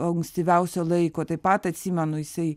ankstyviausio laiko taip pat atsimenu jisai